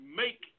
make